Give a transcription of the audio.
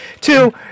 two